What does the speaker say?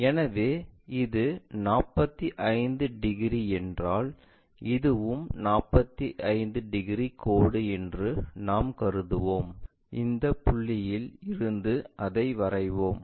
எனவே இது 45 டிகிரி என்றால் இதுவும் 45 டிகிரி கோடு என்று நாம் கருதுவோம் இந்த புள்ளியில் இருந்து அதை வரைவோம்